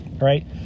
Right